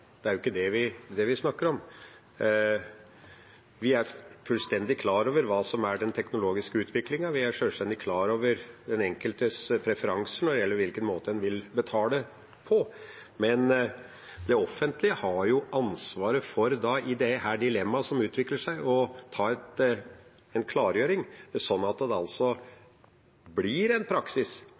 Det er ikke det vi snakker om. Vi er fullstendig klar over hva som er den teknologiske utviklingen, og vi er fullstendig klar over den enkeltes preferanse når det gjelder hvilken måte en vil betale på. Men det offentlige har jo ansvaret i dette dilemmaet som utvikler seg, for å komme med en klargjøring, slik at det blir en praksis